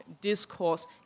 discourse